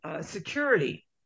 security